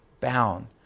bound